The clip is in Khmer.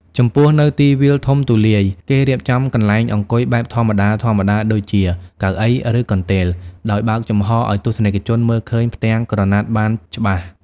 ចំពោះនៅទីវាលធំទូលាយ គេរៀបចំកន្លែងអង្គុយបែបធម្មតាៗដូចជា កៅអី ឬកន្ទេល ដោយបើកចំហរឱ្យទស្សនិកជនមើលឃើញផ្ទាំងក្រណាត់បានច្បាស់។